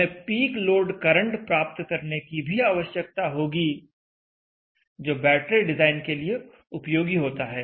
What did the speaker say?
हमें peak load current प्राप्त करने की भी आवश्यकता होगी जो बैटरी डिजाइन के लिए उपयोगी होता है